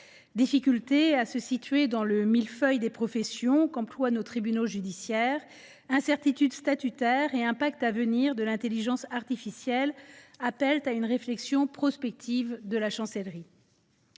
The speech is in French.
Difficulté à se situer dans le « millefeuille de professions » qu’emploient nos tribunaux judiciaires, incertitudes statutaires et impact à venir de l’intelligence artificielle appellent à une réflexion prospective de la part